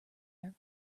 air